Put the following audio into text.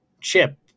Chip